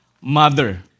mother